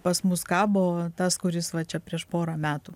pas mus kabo tas kuris va čia prieš porą metų